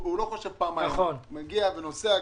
הוא לא חושב פעמיים מגיע ונוסע.